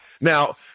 Now